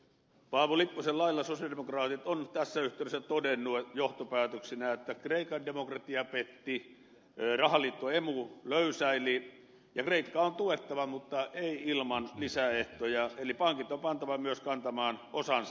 paavo lipposen lailla sosialidemokraatit ovat tässä yhteydessä todenneet johtopäätöksenä että kreikan demokratia petti rahaliitto emu löysäili ja kreikkaa on tuettava mutta ei ilman lisäehtoja eli pankit on pantava myös kantamaan osansa